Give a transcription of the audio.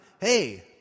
Hey